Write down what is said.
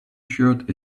shirt